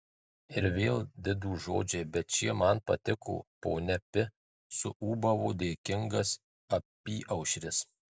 ir vėl didūs žodžiai bet šie man patiko ponia pi suūbavo dėkingas apyaušris